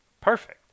perfect